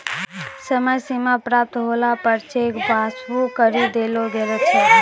समय सीमा समाप्त होला पर चेक बाउंस करी देलो गेलो छै